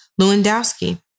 Lewandowski